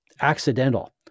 accidental